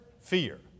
fear